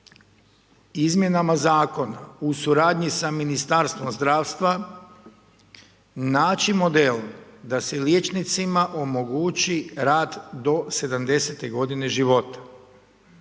izmjenama Zakona u suradnji sa Ministarstvom zdravstva naći model da se liječnicima omogući rad do 70.-te godine života.